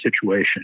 situation